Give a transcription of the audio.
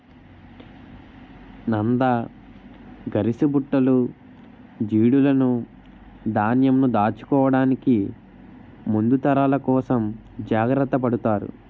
నంద, గరిసబుట్టలు, జాడీలును ధాన్యంను దాచుకోవడానికి ముందు తరాల కోసం జాగ్రత్త పడతారు